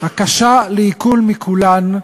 הקשה לעיכול מכולן,